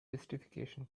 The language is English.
justification